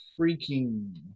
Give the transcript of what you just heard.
freaking